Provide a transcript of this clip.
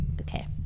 Okay